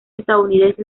estadounidense